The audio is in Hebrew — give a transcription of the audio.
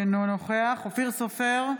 אינו נוכח אופיר סופר,